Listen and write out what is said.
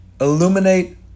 illuminate